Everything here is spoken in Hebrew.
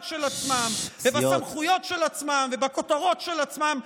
של עצמם ובסמכויות של עצמם ובכותרות של עצמם,